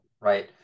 right